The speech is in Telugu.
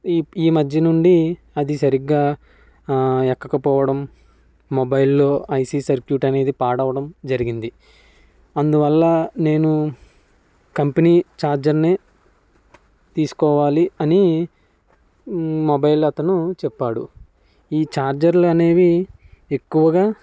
ఈ ఈ మధ్య నుండి అది సరిగ్గా ఎక్కకపోవడం మొబైల్లో ఐసి సర్క్యూట్ అనేది పాడవడం జరిగింది అందువల్ల నేను కంపెనీ ఛార్జర్ని తీసుకోవాలి అని మొబైల్ అతను చెప్పాడు ఈ ఛార్జర్లు అనేవి ఎక్కువగా